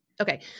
Okay